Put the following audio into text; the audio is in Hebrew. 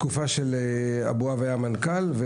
אבוהב היה מנכ"ל,